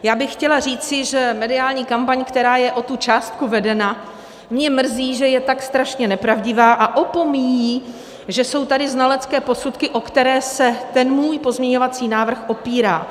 Já bych chtěla říci, že mediální kampaň, která je o tu částku vedena, mě mrzí, že je tak strašně nepravdivá a opomíjí, že jsou tady znalecké posudky, o které se ten můj pozměňovací návrh opírá.